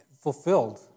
fulfilled